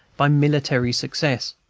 by military success.